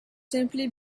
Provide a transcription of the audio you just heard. simply